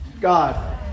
God